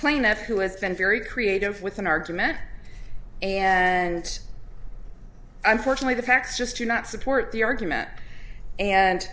plaintiff who has been very creative with an argument and unfortunately the facts just do not support the argument and